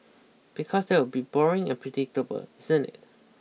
because that will be boring and predictable isn't it